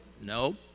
No